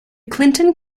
clinton